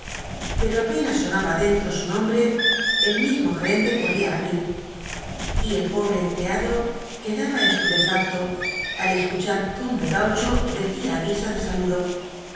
pero apenas sonaba adentro su nombre el mismo gerente corría á abrir y el pobre empleado quedaba estupefacto al escuchar cómo el gaucho decía á guisa de saludo